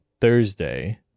Thursday